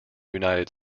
united